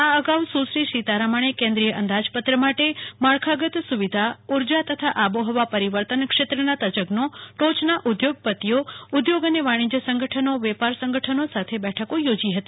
આ અગાઉ સુશ્રી સીતારમણે કેન્દ્રીય અંદાજપત્ર માટે માળખાગત સુવિધા ઉર્જા તથા આબોહવા પરિવર્તન ક્ષેત્રના તજજ્ઞો ટોચના ઉદ્યોગપતિઓ ઉદ્યોગ અને વાણિજ્ય સંગઠનો વેપાર સંગઠનો સાથે બેઠકો યોજી હતી